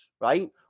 right